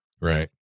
Right